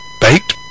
baked